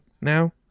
now